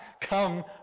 come